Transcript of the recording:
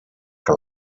que